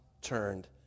turned